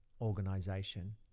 organization